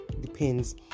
Depends